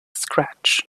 scratch